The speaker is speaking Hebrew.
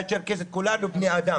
הצ'רקסית כולנו בני אדם,